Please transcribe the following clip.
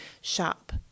shop